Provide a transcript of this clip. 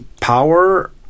Power